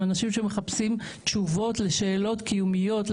הם אנשים שמחפשים תשובות לשאלות קיומיות,